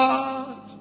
God